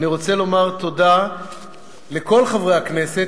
אני רוצה לומר תודה לכל חברי הכנסת.